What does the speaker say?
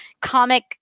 comic